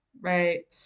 Right